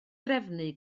drefnu